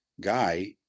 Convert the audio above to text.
guy